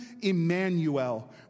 Emmanuel